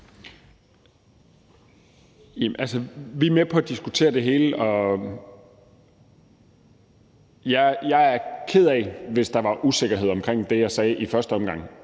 Vi er med på at diskutere det hele, og jeg er ked af det, hvis der var usikkerhed om det, som jeg sagde i første omgang.